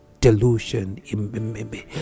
delusion